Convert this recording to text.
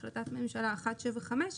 החלטת הממשלה 175,